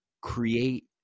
create